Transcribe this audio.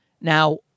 Now